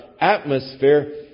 atmosphere